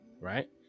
Right